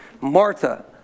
martha